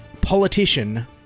politician